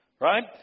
Right